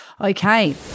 Okay